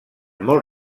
molt